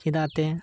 ᱪᱮᱫᱟᱜ ᱛᱮ